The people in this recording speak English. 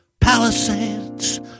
Palisades